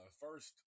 First